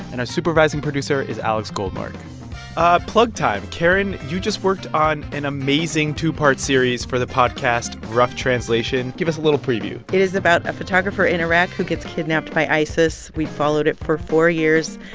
and our supervising producer is alex goldmark plug time. karen, just worked on an amazing two-part series for the podcast rough translation. give us a little preview it is about a photographer in iraq who gets kidnapped by isis. we followed it for four years,